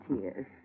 tears